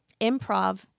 improv